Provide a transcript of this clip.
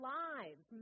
lives